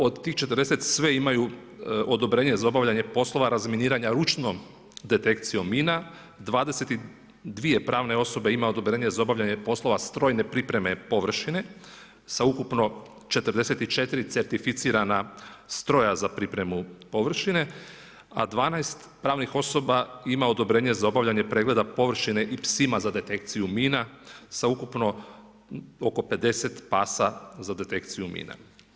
Od tih 40 sve imaju odobrenje za obavljanje poslova razminiranja ručnom detekcijom mina, 22 pravne osobe imaju odobrenje za obavljanje poslova strojne pripreme površine sa ukupno 44 certificirana stroja za pripremu površine, a 12 pravnih osoba ima odobrenje za obavljanje pregleda površine i psima za detekciju mina sa ukupno oko 50 pasa za detekciju mina.